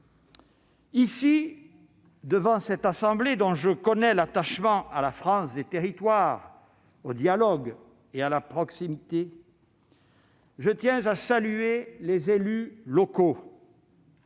Devant la Haute Assemblée, dont je connais l'attachement à la France des territoires, au dialogue et à la proximité, je tiens à saluer les élus locaux.